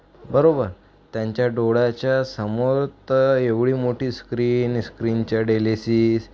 बरोबर त्यांच्या डोळ्याच्या समोर तर एवढी मोठी स्क्रीन स्क्रीनच्या डेलिसिस